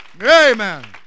Amen